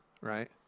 right